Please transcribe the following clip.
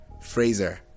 Fraser